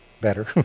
better